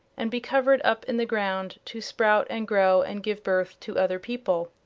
and be covered up in the ground to sprout and grow and give birth to other people.